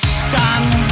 stand